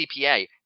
CPA